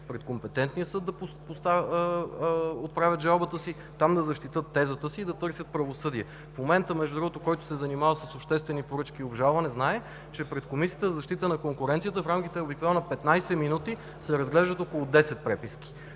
пред компетентния съд по постоянния си адрес, там да защитят тезата си и да търсят правосъдие. Между другото, в момента, който се занимава с обществени поръчки и обжалване, знае, че пред Комисията за защита на конкуренцията в рамките обикновено на 15 минути се разглеждат около 10 преписки.